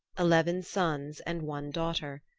eleven sons and one daughter.